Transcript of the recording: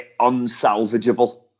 unsalvageable